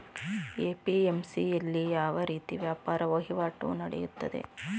APMC ಯಲ್ಲಿ ಯಾವ ರೀತಿ ವ್ಯಾಪಾರ ವಹಿವಾಟು ನೆಡೆಯುತ್ತದೆ?